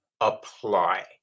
apply